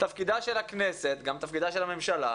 תפקידה של הכנסת גם תפקידה של הממשלה